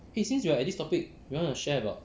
eh since you're at this topic you want to share about